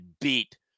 beat